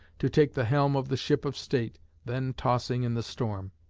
to take the helm of the ship of state then tossing in the storm.